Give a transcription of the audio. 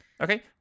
Okay